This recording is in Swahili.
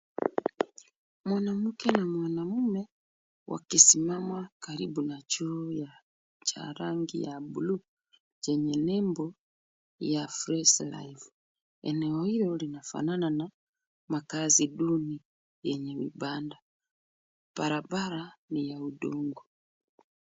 Mwanamke na mwanamume wakisimama karibu na choo cha rangi ya bluu chenye nembo ya Fresh Life . Eneo hilo linafana na makazi duni yenye vibanda, barabara ni ya udongo.